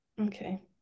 Okay